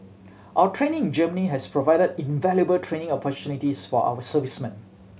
our training in Germany has provided invaluable training opportunities for our servicemen